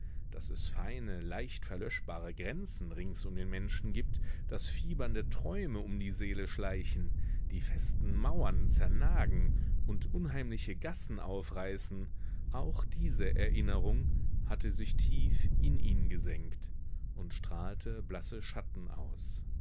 daß es feine leicht verlöschbare grenzen rings um den menschen gibt daß fiebernde träume um die seele schleichen die festen mauern zernagen und unheimliche gassen aufreißen auch diese erinnerung hatte sich tief in ihn gesenkt und strahlte blasse schatten aus